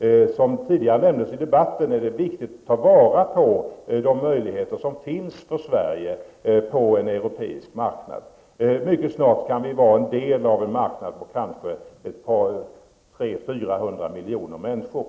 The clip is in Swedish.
Som tidigare har nämnts i debatten är det viktigt att ta vara på de möjligheter som finns i Sverige när det gäller att hävda sig på den europeiska marknaden. Mycket snart är vi kanske en del av en marknad omfattande 300--400 miljoner människor.